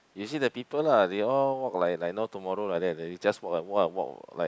you see the people lah they all work like like no tomorrow like leh they just work and work and work like